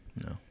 No